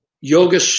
yoga